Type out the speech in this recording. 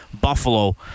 Buffalo